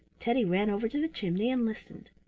teddy ran over to the chimney and listened.